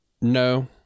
no